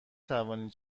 توانی